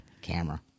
Camera